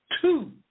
two